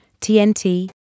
TNT